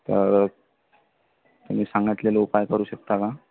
तर तुम्ही सांगितलेले उपाय करू शकता का